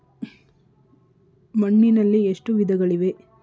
ಮಣ್ಣಿನಲ್ಲಿ ಎಷ್ಟು ವಿಧಗಳಿವೆ?